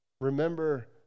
remember